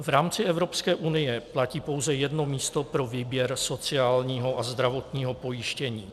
V rámci Evropské unie platí pouze jedno místo pro výběr sociálního a zdravotního pojištění.